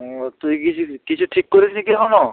ও তুই কিছু কিছু ঠিক করেছিস কি এখনও